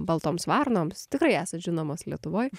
baltoms varnoms tikrai esat žinomos lietuvoj